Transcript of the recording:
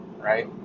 right